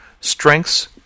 strengths